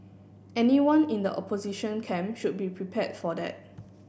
anyone in the opposition camp should be prepared for that